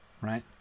right